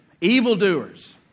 evildoers